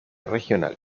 regional